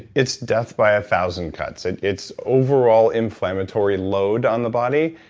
it's death by a thousand cuts. and it's overall inflammatory load on the body,